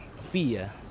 fear